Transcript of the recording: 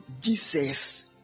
Jesus